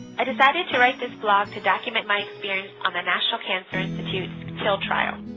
i decided to write this blog to document my experience on the national cancer institute til trial.